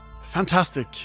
Fantastic